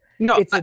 No